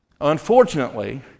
Unfortunately